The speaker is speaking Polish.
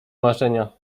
marzenia